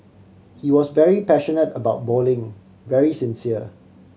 he was very passionate about bowling very sincere